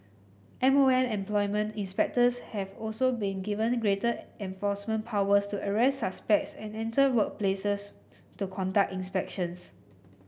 M O M employment inspectors have also been given greater enforcement powers to arrest suspects and enter workplaces to conduct inspections